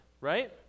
right